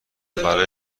برای